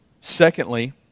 Secondly